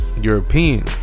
European